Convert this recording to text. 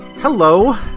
Hello